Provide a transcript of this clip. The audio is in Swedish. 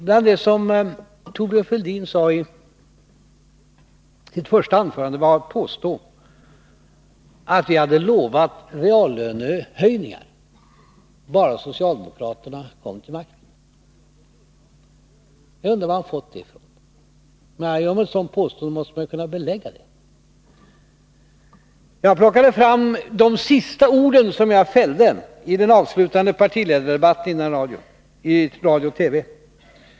Bland det som Thorbjörn Fälldin sade i sitt första anförande fanns påståendet att vi hade lovat reallönehöjningar, bara socialdemokraterna kom till makten. Jag undrar var han har fått det ifrån. När man gör ett sådant påstående måste man ju kunna belägga det. Jag har plockat fram de sista orden som jag fällde i den avslutande partiledardebatten före valet i radio och TV.